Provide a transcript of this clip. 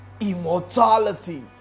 Immortality